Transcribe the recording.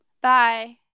bye